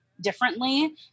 differently